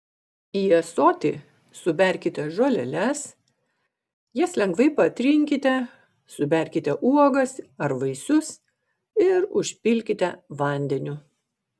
į ąsotį suberkite žoleles jas lengvai patrinkite suberkite uogas ar vaisius ir užpilkite vandeniu